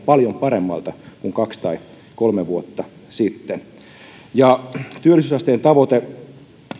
paljon paremmalta kuin kaksi tai kolme vuotta sitten työllisyysasteen tavoite ei